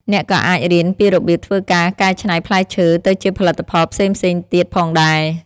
អ្នកក៏អាចរៀនពីរបៀបធ្វើការកែច្នៃផ្លែឈើទៅជាផលិតផលផ្សេងៗទៀតផងដែរ។